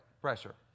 pressure